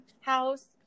house